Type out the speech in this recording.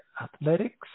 athletics